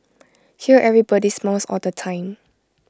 here everybody smiles all the time